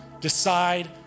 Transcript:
Decide